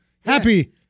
happy